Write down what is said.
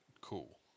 cool